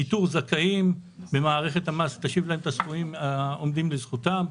איתור זכאים במערכת המס תשיב להם את הסכומים העומדים לזכותם.